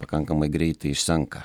pakankamai greitai išsenka